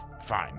Fine